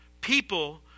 People